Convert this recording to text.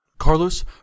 Carlos